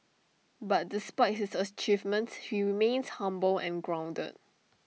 but despite his achievements he remains humble and grounded